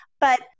but-